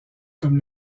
comme